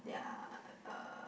their uh